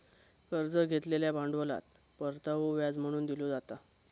कर्ज घेतलेल्या भांडवलात परतावो व्याज म्हणून दिलो जाता